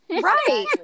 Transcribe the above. right